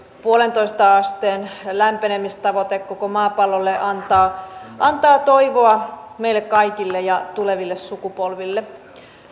pilkku viiteen asteen lämpenemistavoite koko maapallolle antaa antaa toivoa meille kaikille ja tuleville sukupolville